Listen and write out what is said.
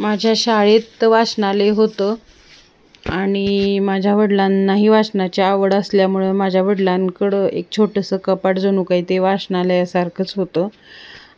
माझ्या शाळेत वाचनालय होतं आणि माझ्या वडिलांनाही वाचनाची आवड असल्यामुळं माझ्या वडिलांकडं एक छोटंसं कपाट जणू काय ते वाचनालयासारखंच होतं